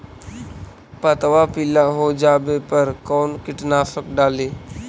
पतबा पिला हो जाबे पर कौन कीटनाशक डाली?